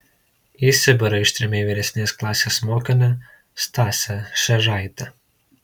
į sibirą ištrėmė vyresnės klasės mokinę stasę šėžaitę